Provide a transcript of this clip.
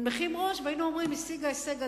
מנמיכים ראש ואומרים: השיגה הישג ענק,